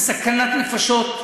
זה סכנת נפשות,